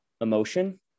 emotion